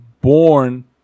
born